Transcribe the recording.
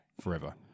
forever